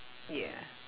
ya